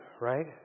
right